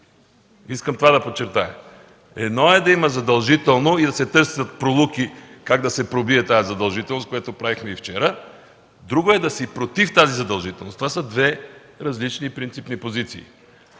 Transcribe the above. Искам това да подчертая! Едно е да има задължително и да се търсят пролуки как да се пробие тази задължителност, което правихме и вчера, друго е да си против тази задължителност. Това са две различни принципни позиции.